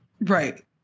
right